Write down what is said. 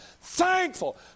thankful